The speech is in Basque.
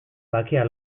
bakea